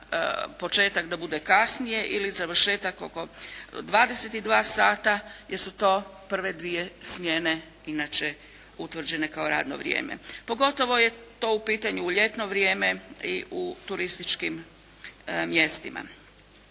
početak da bude kasnije ili završetak oko 22 sata, jer su to prve dvije smjene inače utvrđene kao radno vrijeme. Pogotovo je to u pitanju u ljetno vrijeme i u turističkim mjestima,